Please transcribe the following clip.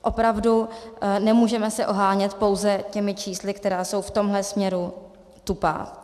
Opravdu nemůžeme se ohánět pouze čísly, která jsou v tomhle směru tupá.